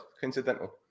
coincidental